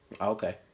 Okay